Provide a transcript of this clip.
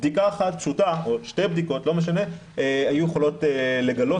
בדיקה אחת פשוטה או שתי בדיקות היו יכולות לגלות